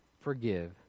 forgive